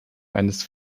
eines